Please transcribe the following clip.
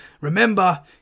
Remember